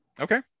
Okay